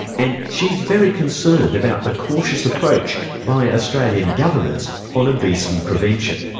and she's very concerned about the cautious approach by australian governments on obesity prevention.